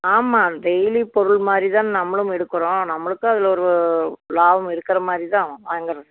ஆமாம் டெய்லி பொருள் மாதிரி தான் நம்மளும் எடுக்கறோம் நம்மளுக்கும் அதில் ஒரு ஓ லாபம் இருக்கிற மாதிரி தான் வாங்கறது